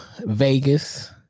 Vegas